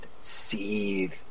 seethe